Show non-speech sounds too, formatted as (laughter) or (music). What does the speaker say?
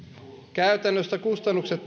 käytännössä kustannukset (unintelligible)